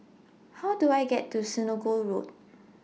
How Do I get to Senoko Road